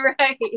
right